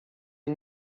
est